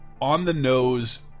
on-the-nose